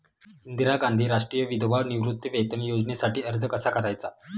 इंदिरा गांधी राष्ट्रीय विधवा निवृत्तीवेतन योजनेसाठी अर्ज कसा करायचा?